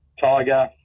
Tiger